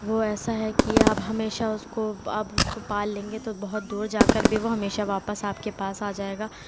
وہ ایسا ہے کہ آپ ہمیشہ اس کو آپ اس کو پال لیں گے تو بہت دور جا کر بھی وہ ہمیشہ واپس آپ کے پاس آ جائے گا